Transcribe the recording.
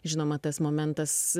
žinoma tas momentas